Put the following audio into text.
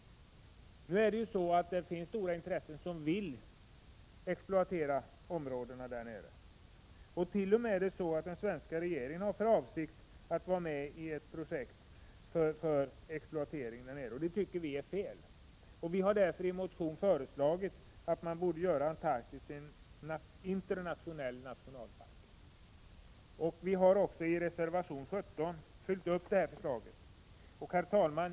Nu är det ju så att det finns stora intressen som vill exploatera områdena där nere. T. o. m. den svenska regeringen har för avsikt att vara med i ett projekt för exploatering. Det tycker vi är fel, och vi har därför i en motion föreslagit att Antarktis görs om till en internationell nationalpark. I reservation 17 har vi också följt upp detta förslag. Herr talman!